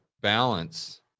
balance